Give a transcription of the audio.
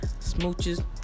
smooches